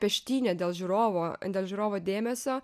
peštynė dėl žiūrovo dėl žiūrovo dėmesio